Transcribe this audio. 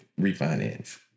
refinance